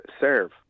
serve